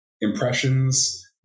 impressions